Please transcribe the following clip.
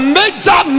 major